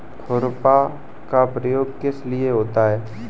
खुरपा का प्रयोग किस लिए होता है?